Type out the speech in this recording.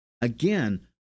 Again